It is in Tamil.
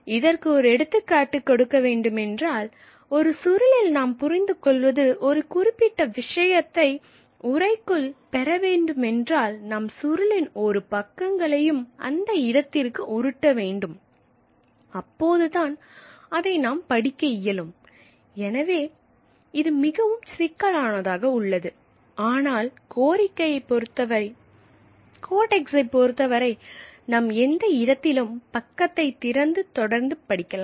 இதற்கு ஒரு எடுத்துக்காட்டு கொடுக்க வேண்டும் என்றால் ஒரு சுருளின் நாம் புரிந்துகொள்வது ஒரு குறிப்பிட்ட விஷயத்தை உறைக்குள் பெற வேண்டுமென்றால் நாம் சுருளின் இரு பக்கங்களையும் அந்த இடத்திற்கு உருட்ட வேண்டும் அப்போதுதான் அதை நாம் படிக்க இயலும் எனவே இது மிகவும் சிக்கலானதாக உள்ளது ஆனால் கோடெக்ஸை பொருத்தவரை நாம் எந்த இடத்திலும் பக்கத்தைத் திறந்து தொடர்ந்து படிக்கலாம்